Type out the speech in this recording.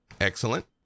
Excellent